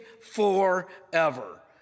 forever